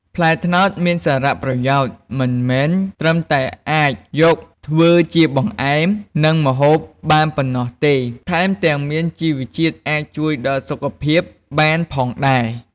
ផ្លែត្នោតមានសារៈប្រយោជន៍ មិនមែនត្រឹមតែអាចយកធ្វើជាបង្អែម និងម្ហូបបានប៉ុណ្ណោះទេ ថែមទាំងមានជីវជាតិអាចជួយដល់សុខភាពបានផងដែរ។